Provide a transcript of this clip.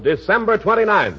december twenty nin